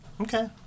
Okay